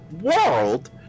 world